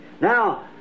Now